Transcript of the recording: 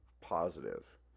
positive